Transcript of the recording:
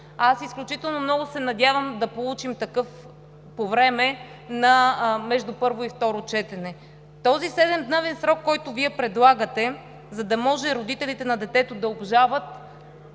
Аз изключително много се надявам да получим такъв във времето между първо и второ четене. Този 7-дневен срок, който Вие предлагате, за да може родителите на детето да обжалват,